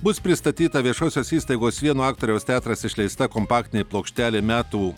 bus pristatyta viešosios įstaigos vieno aktoriaus teatras išleista kompaktinė plokštelė metų